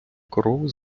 корови